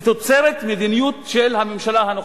זה תוצרת מדיניות של הממשלה הנוכחית.